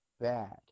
bad